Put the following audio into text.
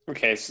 Okay